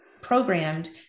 programmed